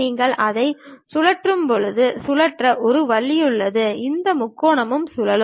நீங்கள் அதை சுழற்றும்போது சுழற்ற ஒரு வழி உள்ளது இந்த முக்கோணமும் சுழலும்